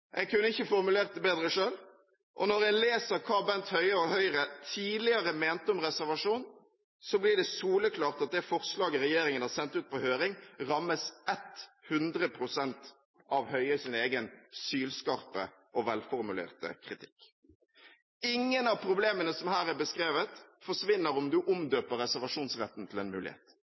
Jeg kunne ikke formulert det bedre selv. Når en leser hva Bent Høie og Høyre tidligere mente om reservasjon, blir det soleklart at det forslaget regjeringen har sendt ut på høring, rammes 100 pst. av Høies egen sylskarpe og velformulerte kritikk. Ingen av problemene som her er beskrevet, forsvinner om man omdøper «reservasjonsretten» til «en mulighet».